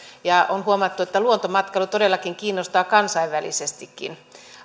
ja on huomattu että luontomatkailu todellakin kiinnostaa kansainvälisestikin